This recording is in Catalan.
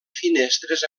finestres